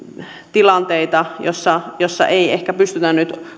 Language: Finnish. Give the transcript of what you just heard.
tilanteita joissa ei ehkä pystytä nyt